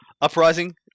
Uprising